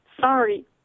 Sorry